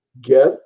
get